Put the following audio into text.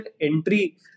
entry